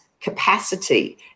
capacity